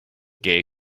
gay